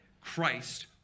Christ